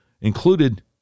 Included